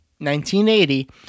1980